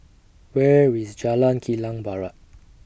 Where IS Jalan Kilang Barat